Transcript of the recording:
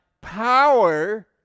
power